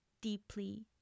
deeply